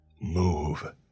Move